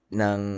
nang